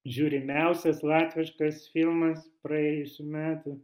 žiūrimiausias latviškas filmas praėjusių metų